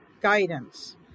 guidance